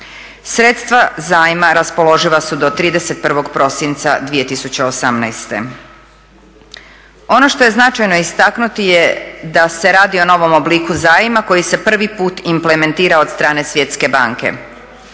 Sredstva zajma raspoloživa su do 31.prosinca 2018. Ono što je značajno istaknuti je da se radio o novom obliku zajma koji se prvi put implementira od strane svjetske banke.